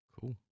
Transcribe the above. Cool